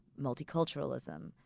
multiculturalism